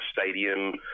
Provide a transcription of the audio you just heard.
stadium